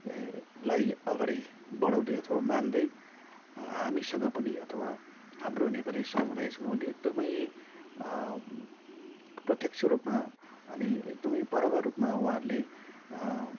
लाई अघाडि बढाउँदै अथवा मान्दै हा हामीसँग पनि अथवा हाम्रो नेपाली समुदायसँग पनि एकदम प्रत्यक्ष रूपमा अनि एकदम बराबर रूपमा उहाँहरूले